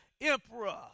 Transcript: emperor